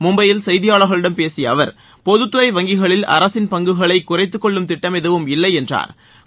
மும்பையில் செய்தியளர்களிடம் பேசிய அவர் பொதுத்துறை வங்கிகளில் அரசின் பங்குகளை குறைத்துக்கொள்ளும் திட்டம் எதுவும் இல்லை என்றா்